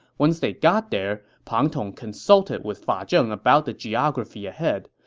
once they got there, pang tong consulted with fa zheng about the geography ahead.